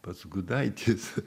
pats gudaitis